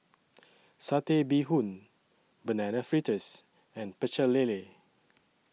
Satay Bee Hoon Banana Fritters and Pecel Lele